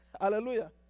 Hallelujah